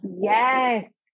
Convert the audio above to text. Yes